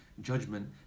judgment